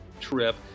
trip